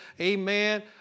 Amen